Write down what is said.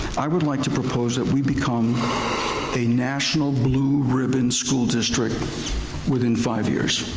i would like to propose that we become a national blue ribbon school district within five years.